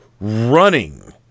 running